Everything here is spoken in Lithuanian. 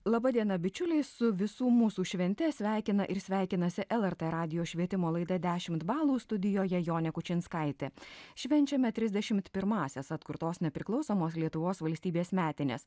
laba diena bičiuliai su visų mūsų švente sveikina ir sveikinasi lrt radijo švietimo laida dešimt balų studijoje jonė kučinskaitė švenčiame trisdešimt pirmąsias atkurtos nepriklausomos lietuvos valstybės metines